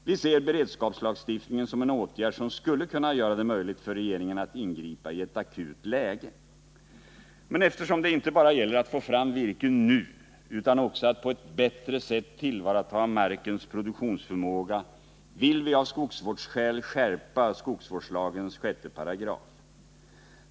Vi ser beredskapslagstiftningen som en åtgärd som skulle kunna göra det möjligt för regeringen att ingripa i ett akut läge. Men eftersom det inte bara gäller att få fram virke nu utan också att på ett bättre sätt tillvarata markens produktionsförmåga vill vi av skogsvårdsskäl skärpa skogsvårdslagens 6 §.